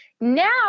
Now